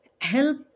help